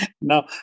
No